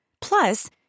Plus